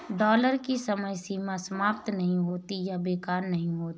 dollar की समय सीमा समाप्त नहीं होती है या बेकार नहीं होती है